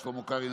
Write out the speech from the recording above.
שלמה קרעי,